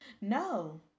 No